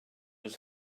his